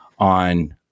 on